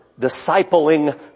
discipling